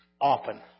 Often